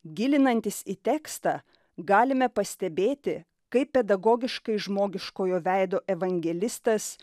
gilinantis į tekstą galime pastebėti kaip pedagogiškai žmogiškojo veido evangelistas